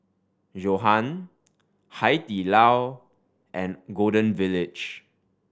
Johan Hai Di Lao and Golden Village